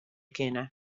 kinne